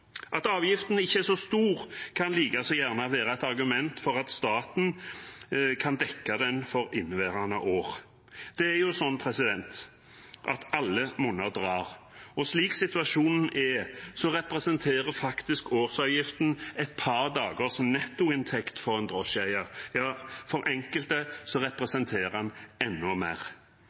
At avgiften ikke er så stor, kan like gjerne være et argument for at staten kan dekke den for inneværende år. Det er jo sånn at alle monner drar, og slik situasjonen er, representerer faktisk årsavgiften et par dagers nettoinntekt for en drosjeeier – ja, for enkelte representerer den enda mer.